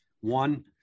One